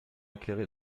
éclairé